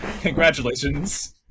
congratulations